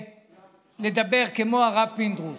רציתי לדבר כמו הרב פינדרוס,